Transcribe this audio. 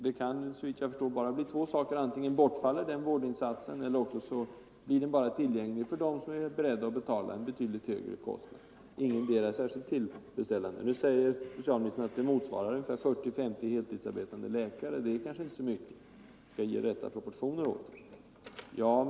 Det finns såvitt jag förstår bara två saker att välja på: Antingen bortfaller deras vårdinsats eller också blir den bara tillgänglig för dem som är beredda att betala en högre kostnad. Ingendera är särskilt tillfredsställande. Socialministern säger att deras insats motsvarar 40-50 heltidsarbetande läkares, och det är kanske inte så mycket. Vi skall ge saken dess rätta proportioner, säger han.